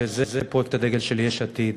וזה פרויקט הדגל של יש עתיד,